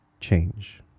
change